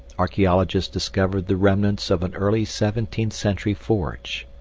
archeologists discovered the remnants of an early seventeenth century forge.